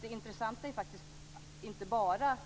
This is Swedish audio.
Det intressanta är alltså inte bara